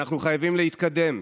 אנחנו חייבים להתקדם.